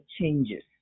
changes